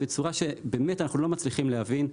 בצורה שאנחנו לא מצליחים להבין,